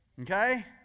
Okay